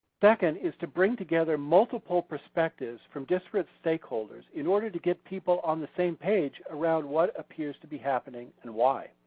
second is to bring together multiple perspectives from disparate stakeholders in order to get people on the same page around what appears to be happening and why.